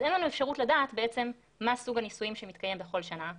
אז אין לנו אפשרות לדעת בעצם מה סוג הניסויים שמתקיים בכל שנה,